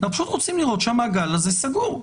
אנחנו פשוט רוצים לראות שהמעגל הזה סגור.